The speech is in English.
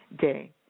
day